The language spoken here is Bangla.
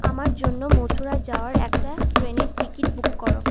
আমার জন্য মথুরা যাওয়ার একটা ট্রেনের টিকিট বুক করো